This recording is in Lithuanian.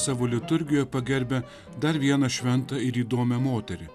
savo liturgijoj pagerbia dar vieną šventą ir įdomią moterį